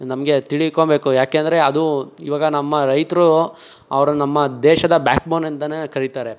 ನಮಗೆ ತಿಳಿಕೊಳ್ಬೇಕು ಏಕೆಂದ್ರೆ ಅದು ಇವಾಗ ನಮ್ಮ ರೈತರು ಅವರು ನಮ್ಮ ದೇಶದ ಬ್ಯಾಕ್ ಬೋನ್ ಅಂತೆಯೇ ಕರೀತಾರೆ